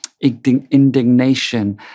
indignation